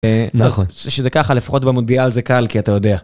נכון -שזה ככה, לפחות במונדיאל זה קל כי אתה יודע.